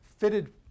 fitted